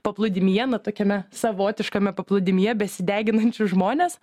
paplūdimyje na tokiame savotiškame paplūdimyje besideginančius žmones